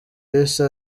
yise